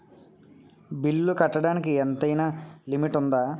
బిల్లులు కట్టడానికి ఎంతైనా లిమిట్ఉందా?